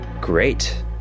great